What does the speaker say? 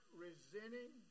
resenting